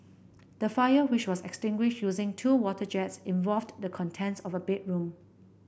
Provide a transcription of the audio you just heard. the fire which was extinguished using two water jets involved the contents of a bedroom